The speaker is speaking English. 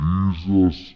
Jesus